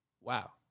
Wow